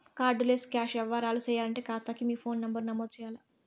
card less cash యవ్వారాలు సేయాలంటే కాతాకి మీ ఫోను నంబరు నమోదు చెయ్యాల్ల